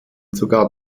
sogar